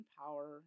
power